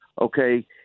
okay